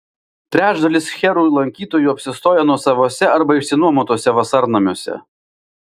trečdalis šcherų lankytojų apsistoja nuosavuose arba išsinuomotuose vasarnamiuose